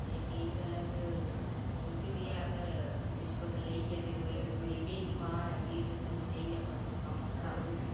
ते केईं गल्लें च ठीक बी ऐ पर रिश्वत लेइयै ते कोई गरीबें गी मार ऐ अमीर ते चलो देई अपना कम्म कड़ाउड़न